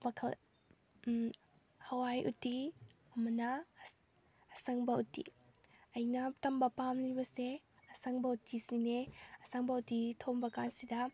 ꯃꯈꯜ ꯍꯋꯥꯏ ꯎꯇꯤ ꯑꯃꯅ ꯑꯁꯪꯕ ꯎꯇꯤ ꯑꯩꯅ ꯇꯝꯕ ꯄꯥꯝꯂꯤꯕꯁꯦ ꯑꯁꯪꯕ ꯎꯇꯤꯁꯤꯅꯤ ꯑꯁꯪꯕ ꯎꯇꯤ ꯊꯣꯡꯕꯀꯥꯟꯁꯤꯗ